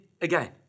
again